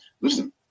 listen